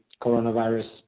coronavirus